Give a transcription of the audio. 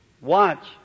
Watch